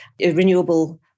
renewable